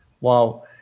Wow